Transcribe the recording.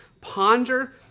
Ponder